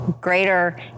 greater